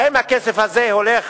האם הכסף הזה הולך